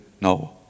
no